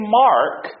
mark